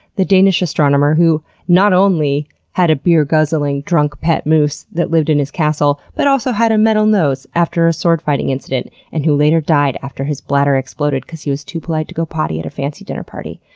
the danish astronomer who not only had a beer guzzling drunk pet moose that lived in his castle, but also had a metal nose after a sword fighting incident and who later died after his bladder exploded because he was too polite to go potty at a fancy dinner party.